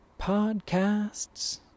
podcasts